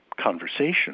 conversation